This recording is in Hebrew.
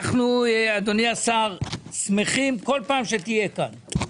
אנחנו, אדוני השר, שמחים כל פעם שתהיה כאן.